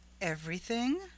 Everything